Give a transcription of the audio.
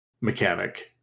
mechanic